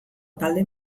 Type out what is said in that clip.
talde